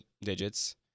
digits